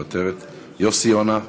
מוותרת, יוסי יונה,